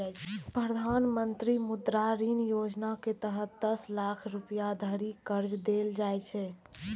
प्रधानमंत्री मुद्रा ऋण योजनाक तहत दस लाख रुपैया धरि कर्ज देल जाइ छै